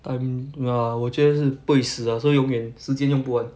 tim~ ah 我觉得是不会死 ah so 永远时间用不完